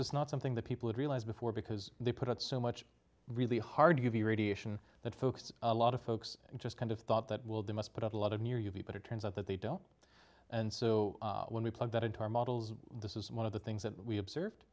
is not something that people had realized before because they put so much really hard to give the radiation that folks a lot of folks just kind of thought that will do must put up a lot of near u v but it turns out that they don't and so when we plug that into our models this is one of the things that we observed